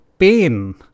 pain